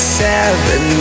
seven